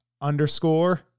underscore